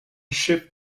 shift